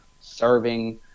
serving